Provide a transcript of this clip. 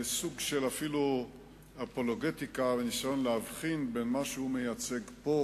סוג של אפולוגטיקה וניסיון להבחין בין מה שהוא מייצג פה